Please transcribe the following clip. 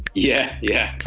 yeah. yeah